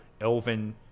elven